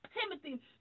Timothy